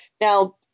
Now